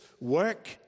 work